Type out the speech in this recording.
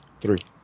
Three